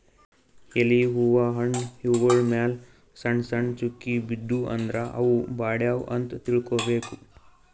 ಎಲಿ ಹೂವಾ ಹಣ್ಣ್ ಇವ್ಗೊಳ್ ಮ್ಯಾಲ್ ಸಣ್ಣ್ ಸಣ್ಣ್ ಚುಕ್ಕಿ ಬಿದ್ದೂ ಅಂದ್ರ ಅವ್ ಬಾಡ್ಯಾವ್ ಅಂತ್ ತಿಳ್ಕೊಬೇಕ್